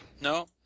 No